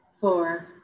four